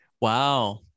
Wow